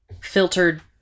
filtered